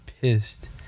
pissed